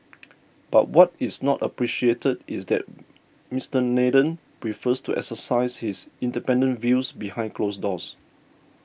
but what is not appreciated is that Mister Nathan prefers to exercise his independent views behind closed doors